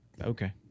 Okay